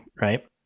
right